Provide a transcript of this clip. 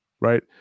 right